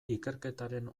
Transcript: ikerketaren